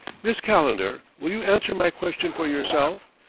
miss calendar, will you answer my question for yourself?